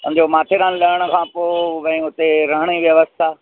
सम्झो माथेरान लहिणु खां पोइ भई हुते रहिणु जी व्यवस्था